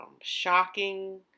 shocking